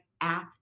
app